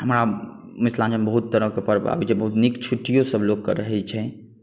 हमरा मिथिलाञ्चलमे बहुत तरहके पर्व आबै छै बहुत नीक छुट्टियो लोकके रहै छै